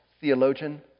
theologian